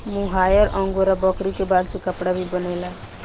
मोहायर angora बकरी के बाल से कपड़ा भी बनेला